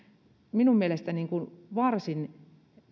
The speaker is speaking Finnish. minun mielestäni varsin